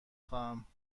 خواهم